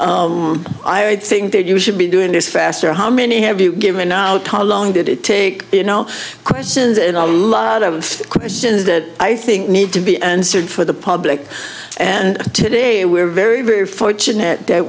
would think that you should be doing this faster how many have you given out how long did it take you no questions and a lot of questions that i think need to be answered for the public and today we're very very fortunate that